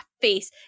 face